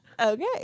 Okay